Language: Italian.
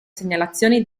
segnalazioni